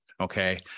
Okay